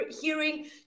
hearing